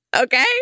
Okay